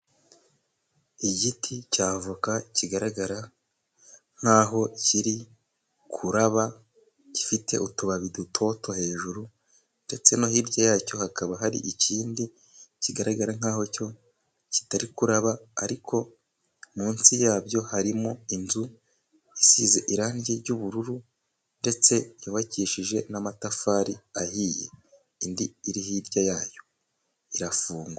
Igiti cya avoka kigaragara nk'aho kiri kuraba, gifite utubabi dutoto hejuru, ndetse no hirya yacyo hakaba hari ikindi kigaragara nk'aho kitarimo kuraba, ariko munsi yabyo harimo inzu isize irangi ry'ubururu ndetse yubakishije n'amatafari ahiye, indi iri hirya yayo irafungwa.